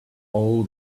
all